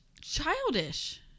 childish